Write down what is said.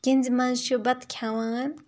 کیٚنزِ منٛز چھِ بَتہٕ کھیٚوان